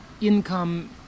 income